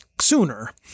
sooner